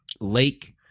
Lake